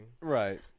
Right